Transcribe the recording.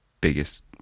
biggest